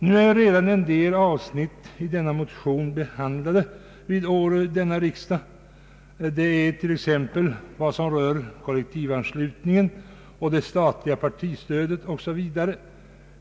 Nu har redan en del avsnitt i dessa motioner behandlats vid denna riksdag. Det gäller exempelvis vad som rör kollektivanslutningen, det statliga partistödet o.s.v.